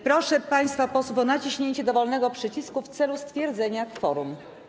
Proszę państwa posłów o naciśnięcie dowolnego przycisku w celu stwierdzenia kworum.